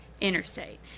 Interstate